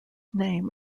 name